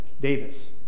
Davis